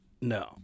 No